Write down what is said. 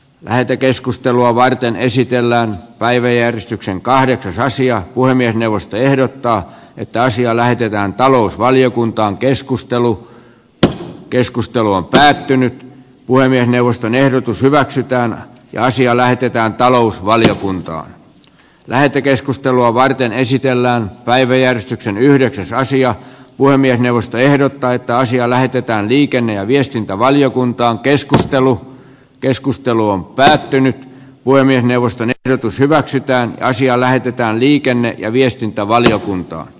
lähetekeskustelua varten esitellään päiväjärjestyksen kahdentasoisia puhemiesneuvosto ehdottaa että asia lähetetään talousvaliokuntaan keskustelu tuo keskustelu on päättynyt puhemiesneuvoston ehdotus hyväksytään asia lähetetään talousvaliokuntaan lähetekeskustelua varten esitellään päiväjärjestyksen yhdeksäs asia puhemiesneuvosto ehdottaa että asia lähetetään liikenne ja viestintävaliokuntaan keskustelu keskustelu on päättynyt puhemiesneuvoston ehdotus hyväksytään naisia lähetetään liikenne ja viestintävaliokunnan